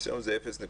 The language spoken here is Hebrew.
אצלנו זה 0.6%,